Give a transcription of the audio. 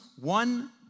one